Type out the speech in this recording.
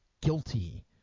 guilty